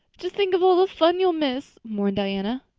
just think of all the fun you will miss, mourned diana.